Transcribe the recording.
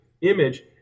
image